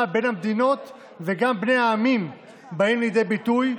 בין המדינות וגם בין העמים באים לידי ביטוי.